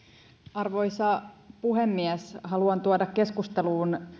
arvoisa puhemies haluan tuoda keskusteluun